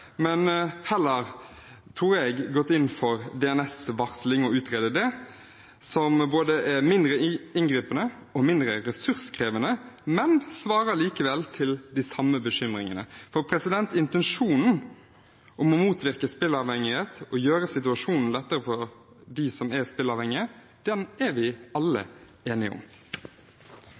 heller, tror jeg, gått inn for DNS-varsling og utredet det, som både er mindre inngripende og mindre ressurskrevende, men som likevel svarer på de samme bekymringene. For intensjonen om å motvirke spilleavhengighet og gjøre situasjonen lettere for dem som er spilleavhengige, er vi alle enige om.